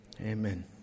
Amen